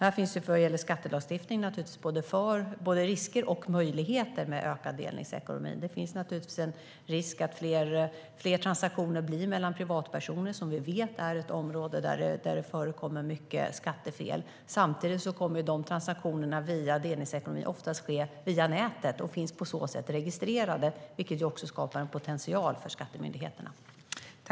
När det gäller skattelagstiftningen finns det naturligtvis både risker och möjligheter med ökad delningsekonomi. Det finns naturligtvis en risk att fler transaktioner blir mellan privatpersoner, som vi vet är ett område där det förekommer mycket skattefel. Samtidigt kommer transaktionerna via delningsekonomin oftast att ske via nätet. De finns på så sätt registrerade, vilket skapar en potential för skattemyndigheterna.